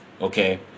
okay